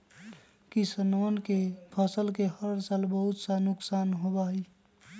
किसनवन के फसल के हर साल बहुत सा नुकसान होबा हई